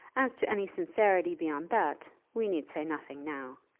as to any sincerity beyond that we need say nothing now.